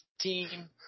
team